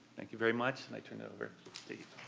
thank you very much and i turn over